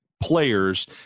players